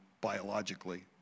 biologically